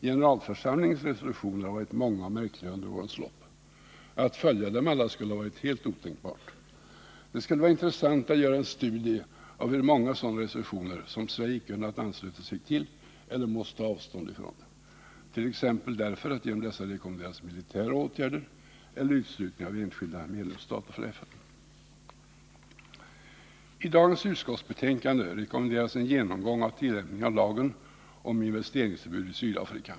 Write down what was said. Generalförsamlingens resolutioner har varit många och märkliga under årens lopp; att följa dem alla skulle varit helt otänkbart. Det skulle vara intressant att göra en studie av hur många sådana resolutioner som Sverige icke kunnat ansluta sig till eller måst ta avstånd från, t.ex. därför att genom dessa rekommenderats militära åtgärder eller uteslutning av enskilda medlemsstater från FN. I det utskottsbetänkande som vi nu diskuterar rekommenderas en genomgång av tillämpningen av lagen om investeringsförbud i Sydafrika.